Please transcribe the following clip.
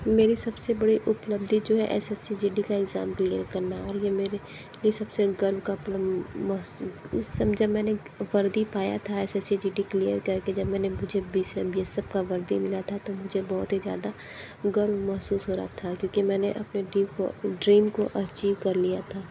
मेरी सब से बड़ी उपलब्धि जो है S S C G D का एग्जाम क्लियर करना और ये मेरे लिए सब से गर्व का पल महसूस उस समय जब मैंने वर्दी पाया था S S C G D clear कर के जब मैंने मुझे बी एस एफ़ का वर्दी मिला था तो मुझे बहुत ही ज़्यादा गर्व महसूस हो रहा था क्योंकि मैं अपने डीम को ड्रीम को अचीव कर लिया था